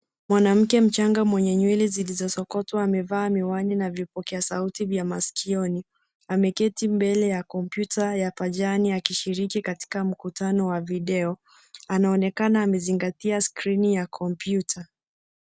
Mwanamke mchanga mwenye nywele zilizosokotwa amevaa miwani na vipokea sauti vya maskioni ameketi mbele ya kompyuta ya pajani akishiriki katika mkutano wa videoo . Anaonekana amezingatia skrini ya kompyuta.